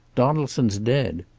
donaldson's dead.